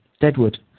Deadwood